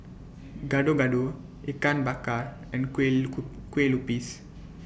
Gado Gado Ikan Bakar and Kueh Kueh Lupis